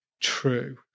true